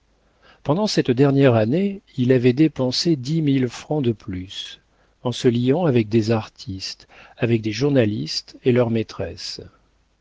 pendant cette dernière année il avait dépensé dix mille francs de plus en se liant avec des artistes avec des journalistes et leurs maîtresses